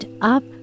up